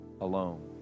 alone